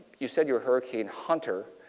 you said you are a hurricane hunter.